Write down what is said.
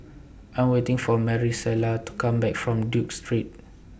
I Am waiting For Marisela to Come Back from Duke Street